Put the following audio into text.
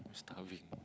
starving